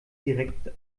direkt